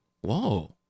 whoa